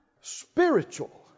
Spiritual